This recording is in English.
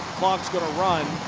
clock's going to run.